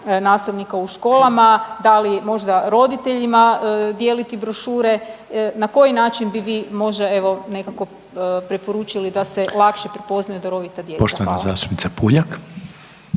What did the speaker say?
nastavnika u školama, da li možda roditeljima dijeliti brošure. Na koji način bi vi možda evo nekako preporučili da se lakše prepoznaju darovita djeca? Hvala.